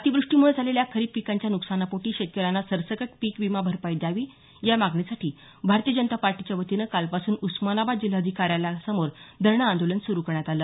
अतिव्रष्टीमुळे झालेल्या खरीप पिकांच्या नुकसानापोटी शेतकऱ्यांना सरसकट पिक विमा भरपाई द्यावी या मागणीसाठी भारतीय जनता पार्टीच्या वतीने कालपासून उस्मानाबाद जिल्हाधिकारी कार्यालयासमोर धरणं आंदोलन सुरू करण्यात आलं